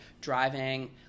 driving